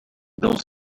built